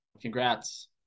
Congrats